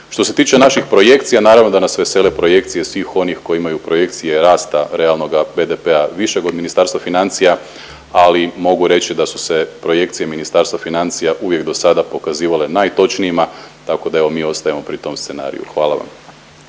Što se tiče naših projekcija naravno da nas vesele projekcije svih onih koji imaju projekcije rasta realnoga BDP-a višeg od Ministarstva financija, ali mogu reći da su se projekcije Ministarstva financija uvijek do sada pokazivale najtočnijima, tako da evo mi ostajemo pri tom scenariju. Hvala vam.